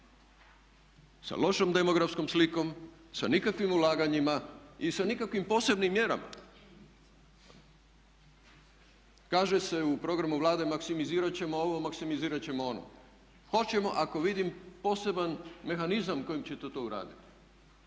Sa lošom demografskom slikom, sa nikakvim ulaganjima i sa nikakvim posebnim mjerama kaže se u programu Vlade maksimizirat ćemo ovo, maksimizirat ćemo ono. Hoćemo ako vidim poseban mehanizam kojim ćete to uraditi.